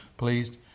pleased